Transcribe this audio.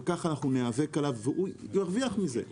ככה אנחנו ניאבק עליו והוא ירוויח מזה,